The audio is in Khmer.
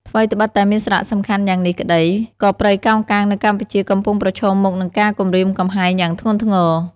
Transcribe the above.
ថ្វីត្បិតតែមានសារៈសំខាន់យ៉ាងនេះក្តី ក៏ព្រៃកោងកាងនៅកម្ពុជាកំពុងប្រឈមមុខនឹងការគំរាមកំហែងយ៉ាងធ្ងន់ធ្ងរ។